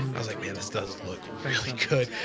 i was like man, this does look good.